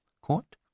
court